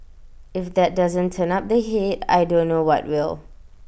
if that doesn't turn up the heat I don't know what will